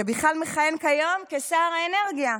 שבכלל מכהן כיום כשר האנרגיה.